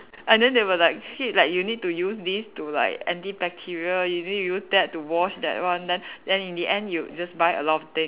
and then they will like shit like you need to use this to like anti-bacterial you need to use that to wash that one then then in the end you just buy a lot of things